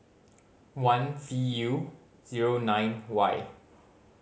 one V U zero nine Y